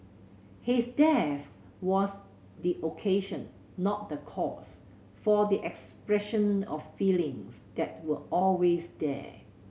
his death was the occasion not the cause for the expression of feelings that were always there